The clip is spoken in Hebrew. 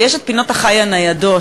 ויש פינות-החי הניידות,